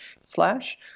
slash